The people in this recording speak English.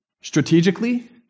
strategically